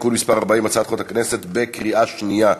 הצעת חוק הכנסת (תיקון מס' 40), בקריאה שנייה.